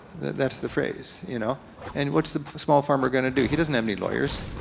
that's the phrase. you know and what's the small farmer gonna do? he doesn't have any lawyers.